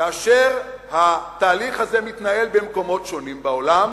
כאשר התהליך הזה מתנהל במקומות שונים בעולם,